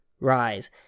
Rise